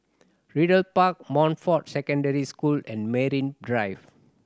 Ridley Park Montfort Secondary School and Drive